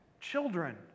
children